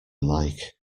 like